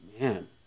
man